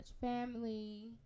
family